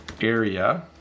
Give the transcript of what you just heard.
Area